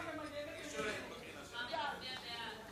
הקרינה המייננת, זה לא יפריע לי ללייזר?